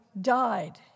died